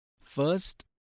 First